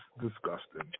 disgusting